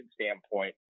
standpoint